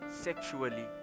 sexually